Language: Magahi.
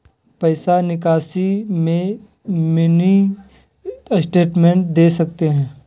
पैसा निकासी में मिनी स्टेटमेंट दे सकते हैं?